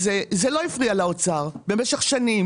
זה לא הפריע לאוצר במשך שנים.